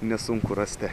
nesunku rasti